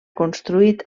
construït